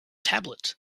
tablet